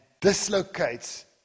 dislocates